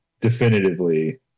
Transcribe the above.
definitively